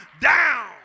down